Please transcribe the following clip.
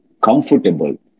comfortable